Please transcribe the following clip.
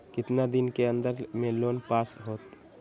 कितना दिन के अन्दर में लोन पास होत?